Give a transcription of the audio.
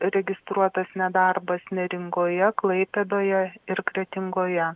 registruotas nedarbas neringoje klaipėdoje ir kretingoje